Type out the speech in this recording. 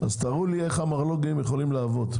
תראו לי איך המרלו"גים יכולים לעבוד,